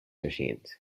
machines